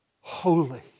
holy